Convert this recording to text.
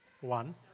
one